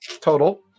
total